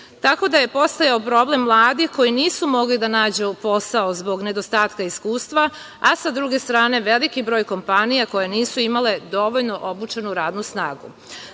tako da je postojao problem mladih koji nisu mogli da nađu posao zbog nedostatka iskustva, a sa druge strane, veliki broj kompanija koje nisu imale dovoljno obučenu radnu snagu. Zato